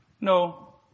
No